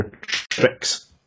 tricks